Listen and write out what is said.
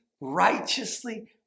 righteously